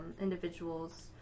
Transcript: individuals